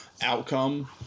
outcome